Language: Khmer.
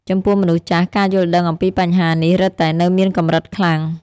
ចំពោះមនុស្សចាស់ ការយល់ដឹងអំពីបញ្ហានេះរឹតតែនៅមានកម្រិតខ្លាំង។